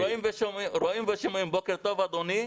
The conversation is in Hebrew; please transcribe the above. אדוני,